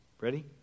Ready